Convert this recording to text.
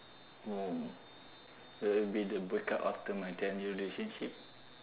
hmm that would be the breakup after my ten year relationship